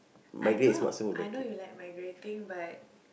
I know I know you like migrating but